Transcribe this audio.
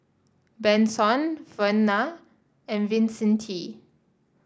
Benson Verna and Vicente